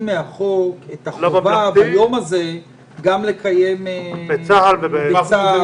מהחוק את החובה ביום הזה גם לקיים בצה"ל ובמוסדות